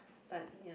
but ya